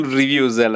reviews